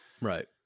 Right